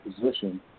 position